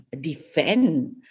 defend